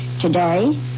Today